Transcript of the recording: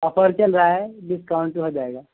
offer چل رہا ہے ڈسکاؤنٹ بھی ہو جائے گا